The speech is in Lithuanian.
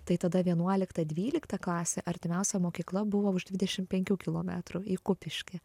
tai tada vienuolikta dvylikta klasė artimiausia mokykla buvo už dvidešim penkių kilometrų į kupiškį